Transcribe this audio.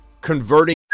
converting